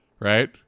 Right